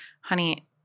honey